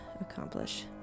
accomplish